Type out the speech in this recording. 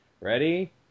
Ready